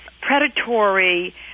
predatory